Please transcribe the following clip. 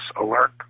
alert